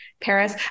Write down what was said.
Paris